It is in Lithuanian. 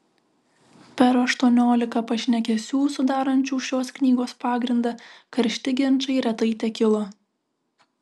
per aštuoniolika pašnekesių sudarančių šios knygos pagrindą karšti ginčai retai tekilo